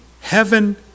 heaven